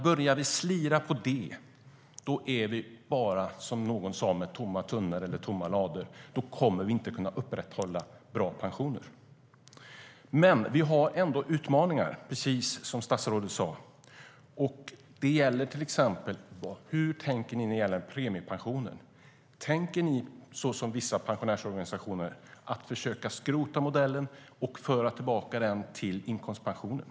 Börjar vi slira på det är det bara, som någon sa, med tomma tunnor eller tomma lador - då kommer vi inte att kunna upprätthålla bra pensioner. Tänker ni som vissa pensionärsorganisationer - att man ska försöka skrota modellen och föra tillbaka den till inkomstpensioner?